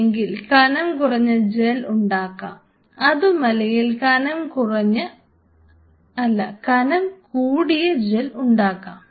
അല്ലെങ്കിൽ കനംകുറഞ്ഞ ജെൽ ഉണ്ടാക്കാം അതുമല്ലെങ്കിൽ കനം കൂടിയ ജെൽ ഉണ്ടാക്കാം